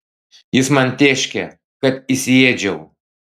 jis man tėškė kad įsiėdžiau